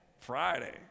Friday